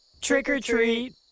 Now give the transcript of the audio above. Trick-or-treat